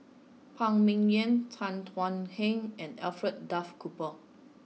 Phan Ming Yen Tan Thuan Heng and Alfred Duff Cooper